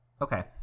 Okay